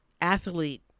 athlete